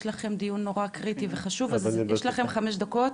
יש לכם דיון נורא קריטי וחשוב, אז יש לכם 5 דקות.